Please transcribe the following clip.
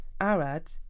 Arad